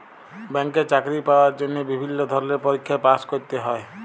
ব্যাংকে চাকরি পাওয়ার জন্হে বিভিল্য ধরলের পরীক্ষায় পাস্ ক্যরতে হ্যয়